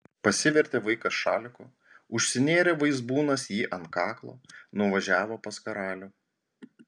pasivertė vaikas šaliku užsinėrė vaizbūnas jį ant kaklo nuvažiavo pas karalių